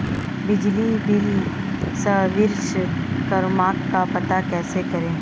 बिजली bill service क्रमांक का पता कैसे करें?